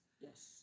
Yes